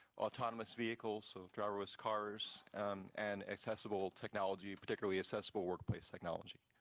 autonomous vehicles, so driverless cars and accessible technology, particularly accessible workplace technology.